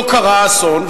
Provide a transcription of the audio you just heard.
לא קרה אסון,